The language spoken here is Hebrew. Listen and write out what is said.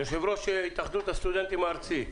יושב-ראש התאחדות הסטודנטים הארצית,